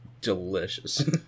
delicious